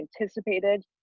anticipated